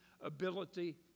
ability